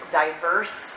diverse